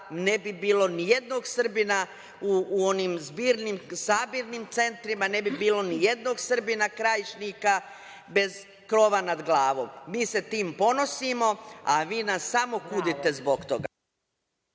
ne bi bilo nijednog Srbina u onim sabirnim centrima, ne bi bilo nijednog Srbina krajišnika bez krova nad glavom. Mi se time ponosimo, a vi nas samo kudite zbog toga.